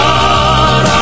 God